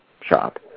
shop